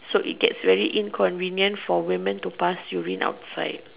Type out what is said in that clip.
so it gets very inconvenient for women to pass urine outside